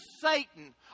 Satan